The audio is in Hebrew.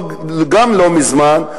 גם לא מזמן,